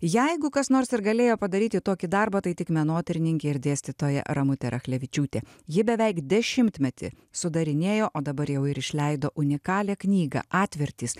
jeigu kas nors ir galėjo padaryti tokį darbą tai tik menotyrininkė ir dėstytoja ramutė rachlevičiūtė ji beveik dešimtmetį sudarinėjo o dabar jau ir išleido unikalią knygą atvertys